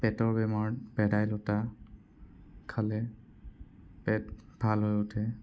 পেটৰ বেমাৰত ভেলাইলতা খালে পেট ভাল হৈ উঠে